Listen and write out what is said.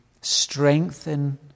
strengthen